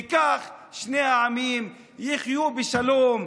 וכך שני העמים יחיו בשלום,